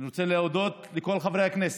אני רוצה להודות לכל חברי הכנסת,